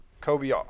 Kobe